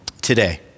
today